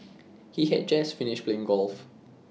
he had just finished playing golf